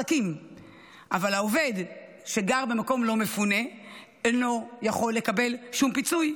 אבל העובד שגר במקום ולא מפונה אינו יכול לקבל שום פיצוי,